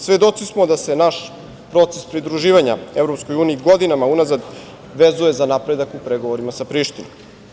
Svedoci smo da se naš proces pridruživanja EU godinama unazad vezuje za napredak u pregovorima sa Prištinom.